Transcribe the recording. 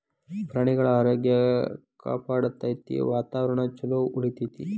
ಪ್ರಾಣಿಗಳ ಆರೋಗ್ಯ ಕಾಪಾಡತತಿ, ವಾತಾವರಣಾ ಚುಲೊ ಉಳಿತೆತಿ